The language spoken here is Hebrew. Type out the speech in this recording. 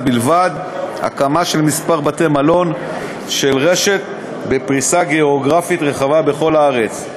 בלבד הקמה של כמה בתי-מלון של רשת בפריסה גיאוגרפית רחבה בכל הארץ.